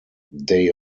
day